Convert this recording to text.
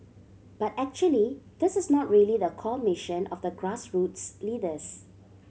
but actually this is not really the core mission of the grassroots leaders